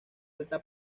alta